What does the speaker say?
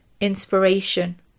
inspiration